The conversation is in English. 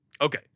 Okay